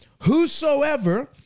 whosoever